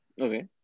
Okay